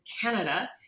Canada